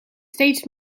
steeds